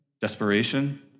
desperation